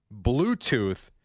Bluetooth